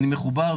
אני מחובר,